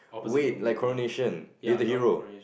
wait like coronation you're the hero